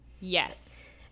Yes